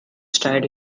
style